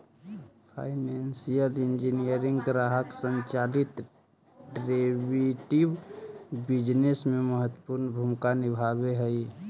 financial engineering ग्राहक संचालित derivative business में महत्वपूर्ण भूमिका निभावऽ हई